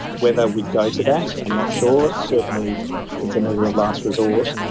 whether we'd go to that, i'm not sure. certainly it's a measure of last resort,